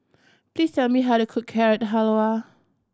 please tell me how to cook Carrot Halwa